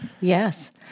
Yes